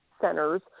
centers